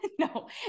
no